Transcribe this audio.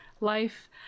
life